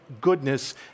goodness